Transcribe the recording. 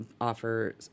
offer